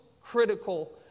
critical